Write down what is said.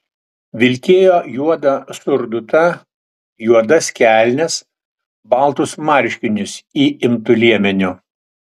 vilkėjo juodą surdutą juodas kelnes baltus marškinius įimtu liemeniu